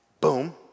boom